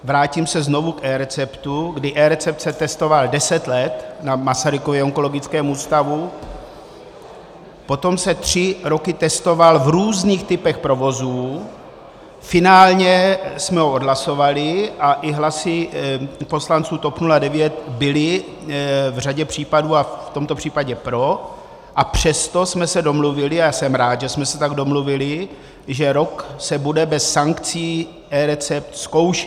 Vrátím se znovu k eReceptu, kdy eRecept se testoval deset let na Masarykově onkologickém ústavu, potom se tři roky testoval v různých typech provozů, finálně jsme ho odhlasovali a i hlasy poslanců TOP 09 byly v řadě případů a v tomto případě pro, a přesto jsme se domluvili, a jsem rád, že jsme se tak domluvili, že rok se bude bez sankcí eRecept zkoušet.